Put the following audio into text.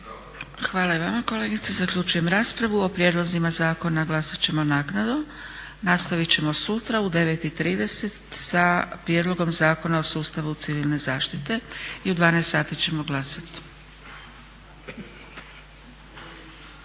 Hvala i vama kolegice. Zaključujem raspravu. O prijedlozima zakona glasat ćemo naknadno. Nastavit ćemo sutra u 9,30 sa prijedlogom Zakona o sustavu civilne zaštite i u 12,00 sati ćemo glasati.